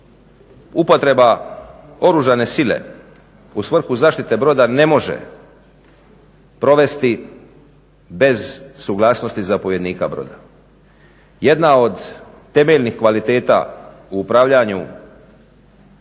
upotreba oružane sile u svrhu zaštite broda ne može provesti bez suglasnosti zapovjednika broda. Jedna od temeljnih kvaliteta u upravljanju u